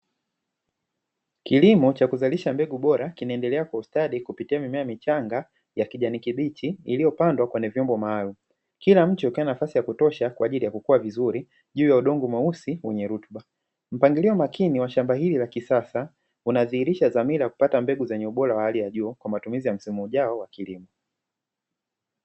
Kilimo cha kuzalisha mbegu bora kinaendelea kwa ustadi kupitia mimea michanga ya kijani kibichi iliyopandwa kwenye vyombo maalumu kila mche ukiwa na nafasi ya kutosha kwa ajili ya kukua vizuri juu ya udongo mweusi wenye rutuba. Mpangilio makini wa shamba hili la kisasa unadhihirisha dhamira kupata mbegu zenye ubora wa hali ya juu kwa matumizi ya msimu ujao wa kilimo.